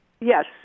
Yes